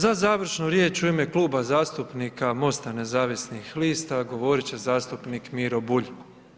Za završnu riječ u ime Kluba zastupnika Mosta nezavisnih lista, govoriti će zastupnik Miro Bulj.